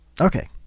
Okay